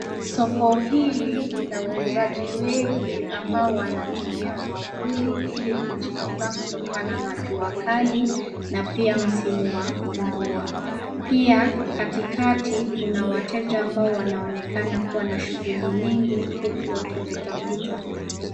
Soko hili ni la wauzaji wengi, ambao wanatumia mwavuli ili kujikinga kutokana na jua kali na pia msimu wa mvua. Pia, katikati kuna wateja ambao wanaonekana kuwa na shughuli nyingi, huku wakipitapita.